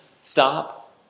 stop